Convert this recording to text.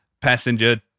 passenger